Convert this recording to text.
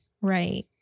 Right